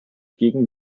gegen